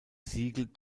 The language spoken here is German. siegel